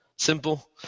simple